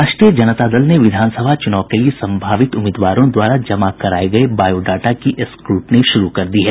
राष्ट्रीय जनता दल ने विधानसभा चुनाव के लिये संभावित उम्मीदवारों द्वारा जमा कराये गये बायोडाटा की स्क्रूटनी शुरू कर दी है